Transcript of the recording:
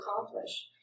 accomplish